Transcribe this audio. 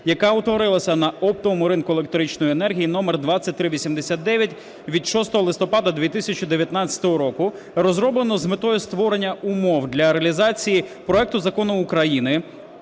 яка утворилася на оптовому ринку електричної енергії (№ 2389) (від 6 листопада 2019 року) розроблено з метою створення умов для реалізації проекту Закону України